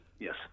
Yes